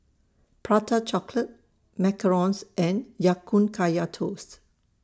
Prata Chocolate Macarons and Ya Kun Kaya Toast